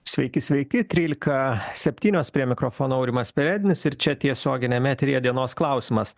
sveiki sveiki trylika septynios prie mikrofono aurimas perednis ir čia tiesioginiam eteryje dienos klausimas